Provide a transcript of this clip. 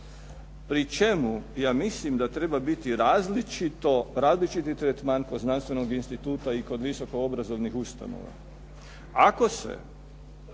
Pri čemu ja mislim da treba biti različit tretman kod znanstvenog instituta i kod visokoobrazovnih ustanova.